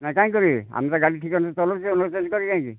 ନା କାଇଁ କରିବେ ଆମେ ବା ଗାଡ଼ି ଠିକା ରେ ନେଇକି ଚଲଉଛୁ କରିବେ କାହିଁକି